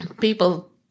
People